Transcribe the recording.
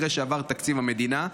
ארבעה חודשים אחרי שעבר תקציב המדינה,